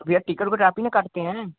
तो भैया टिकट विकट आप ही न काटते हें